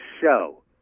show